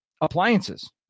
Appliances